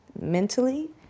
mentally